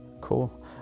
Cool